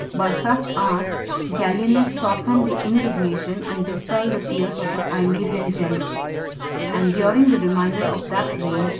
by such arts gallienus softened the indignation and dispelled the fears of his illyrian general and during the remainder of that reign,